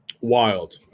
Wild